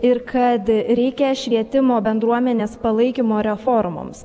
ir kad reikia švietimo bendruomenės palaikymo reformoms